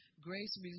grace